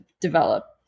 develop